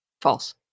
false